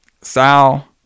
Sal